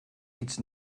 iets